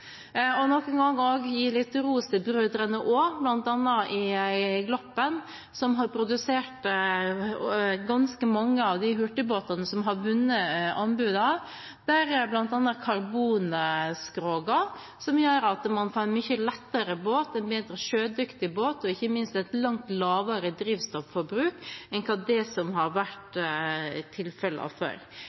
nok en gang gi litt ros til Brødrene Aa i Gloppen, som har produsert ganske mange av de hurtigbåtene som har vunnet anbud. Blant annet gjør karbonskrogene at man får en mye lettere båt, en mer sjødyktig båt og ikke minst et langt lavere drivstofforbruk enn det som har vært